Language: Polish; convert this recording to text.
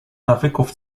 nawyków